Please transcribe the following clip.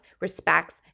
respects